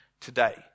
today